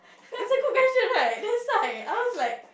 is it measure right that's why I was like